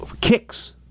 kicks